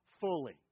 fully